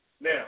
Now